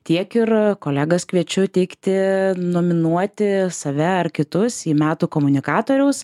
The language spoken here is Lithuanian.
tiek ir kolegas kviečiu teikti nominuoti save ar kitus į metų komunikatoriaus